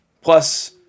plus